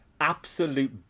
absolute